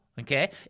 okay